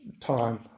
time